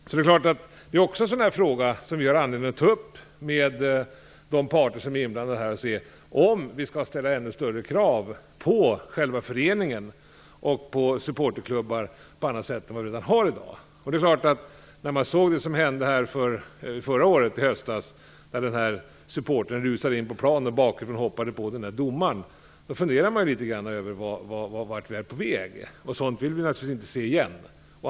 Även detta är en fråga som vi har anledning att ta upp med de parter som är inblandade. Skall vi alltså ställa ännu större krav än vad som finns i dag på föreningarna och på supporterklubbar? Det är klart att när man såg det som hände här i höstas, när den där supportern rusade in på plan och bakifrån hoppade på domaren, funderade man ju litet grand över vart vi är på väg. Sådant vill vi naturligtvis inte se igen.